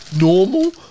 normal